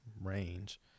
range